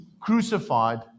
crucified